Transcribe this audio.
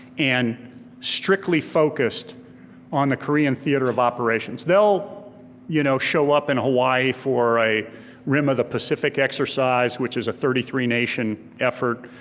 and strictly focused on the korean theater of operations. they'll you know show up in hawaii for a rim of the pacific exercise, which is a thirty three nation effort,